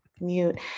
mute